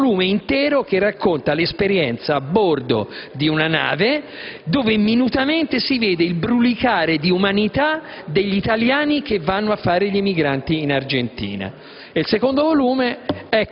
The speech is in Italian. È un volume intero che racconta l'esperienza a bordo di una nave, dove minutamente si vede il brulicare di umanità degli italiani che vanno a fare gli emigranti in Argentina. Suggerisco poi